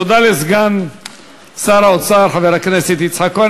תודה לסגן שר האוצר חבר הכנסת יצחק כהן.